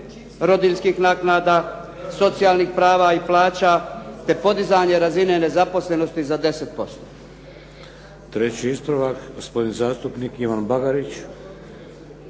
rodiljskih naknada, socijalnih prava i plaća te podizanje razine nezaposlenosti za 10%.